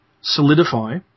solidify